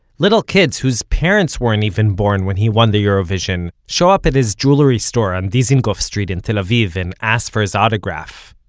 little kids whose parents weren't even born when he won the eurovision show up at his jewelry store on dizengoff street in tel aviv and ask for his autograph.